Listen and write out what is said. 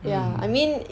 mm